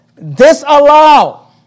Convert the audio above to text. disallow